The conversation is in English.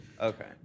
Okay